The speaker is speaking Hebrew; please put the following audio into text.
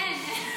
אין.